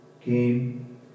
came